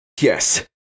Yes